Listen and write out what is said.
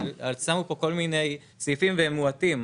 אז יש פה כל מיני סעיפים, והם מועטים,